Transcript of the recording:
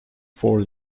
four